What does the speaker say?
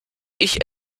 ich